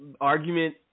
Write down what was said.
argument